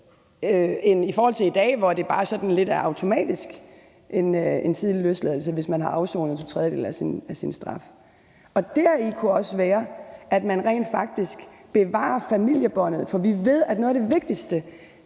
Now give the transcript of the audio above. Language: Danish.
i forhold til i dag, hvor der bare sådan lidt automatisk er en tidligere løsladelse, hvis man har afsonet to tredjedele af sin straf. Deri kunne det også være, at man rent faktisk bevarer familiebåndet. For vi ved, at noget af det vigtigste